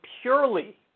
purely